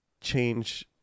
change